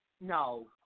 No